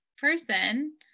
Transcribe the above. person